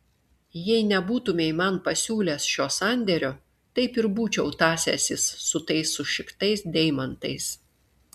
jei nebūtumei man pasiūlęs šio sandėrio taip ir būčiau tąsęsis su tais sušiktais deimantais